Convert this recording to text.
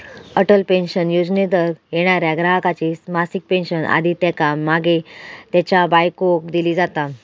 Atal pension योजनेंतर्गत येणाऱ्या ग्राहकाची मासिक पेन्शन आधी त्येका मागे त्येच्या बायकोक दिली जाता